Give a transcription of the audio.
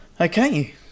Okay